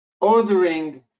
ordering